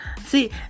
See